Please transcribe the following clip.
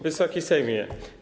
Wysoki Sejmie!